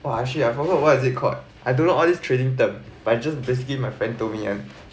!wah! actually I forgot what is it called I don't know all these trading term but just basically my friend told me [one]